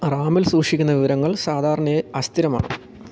റാമിൽ സൂക്ഷിക്കുന്ന വിവരങ്ങൾ സാധാരണയായി അസ്ഥിരമാണ്